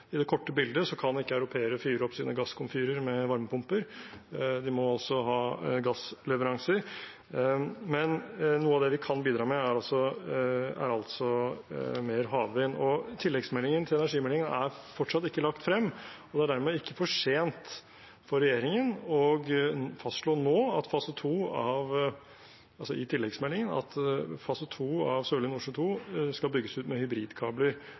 i det korte bildet kan ikke europeere fyre opp sine gasskomfyrer med varmepumper. De må også ha gassleveranser. Men noe av det vi kan bidra med, er mer havvind. Tilleggsmeldingen til energimeldingen er fortsatt ikke lagt frem, og det er dermed ikke for sent for regjeringen å fastslå nå, i tilleggsmeldingen, at fase to av Sørlige Nordsjø II skal bygges ut med hybridkabler,